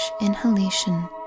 inhalation